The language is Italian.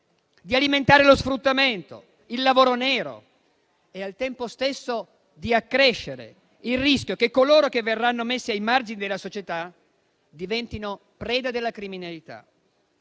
alimentare lo sfruttamento e il lavoro nero e, al tempo stesso, accrescere il rischio che coloro che verranno messi ai margini della società diventino preda della criminalità.